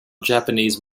japanese